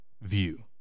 view